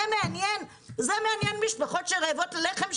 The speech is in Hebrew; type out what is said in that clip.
זה מעניין משפחות שרעבות ללחם,